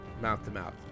mouth-to-mouth